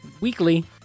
weekly